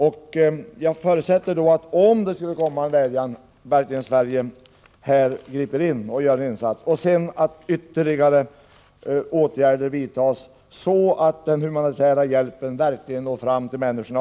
Jag förutsätter att Sverige, om det skulle komma en vädjan, verkligen griper in och gör en insats och att ytterligare åtgärder vidtas så att den humanitära hjälpen verkligen når fram till människorna.